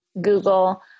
Google